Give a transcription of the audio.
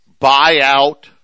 buyout